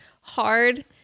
hard